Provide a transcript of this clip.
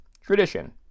Tradition